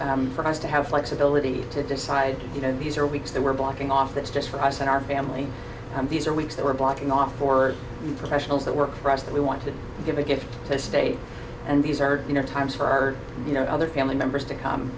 mean for us to have flexibility to decide you know these are weeks that were blocking off that's just for us and our family and these are weeks that we're blocking off for professionals that work for us that we want to give a gift to state and these are you know times for our you know other family members to come